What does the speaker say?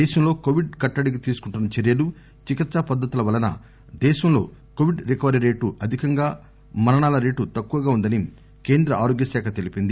దేశంలో కొవిడ్ కట్టడికి తీసుకుంటున్న చర్యలు చికిత్పా పద్గతుల వలన దేశంలో కొవిడ్ రికవరీ రేటు అధికంగా మరణాల రేటు తక్కువ ఉందని కేంద్ర ఆరోగ్య శాఖ తెలిపింది